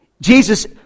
Jesus